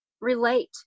relate